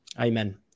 Amen